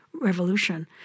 revolution